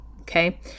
okay